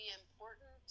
important